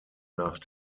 nach